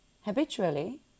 Habitually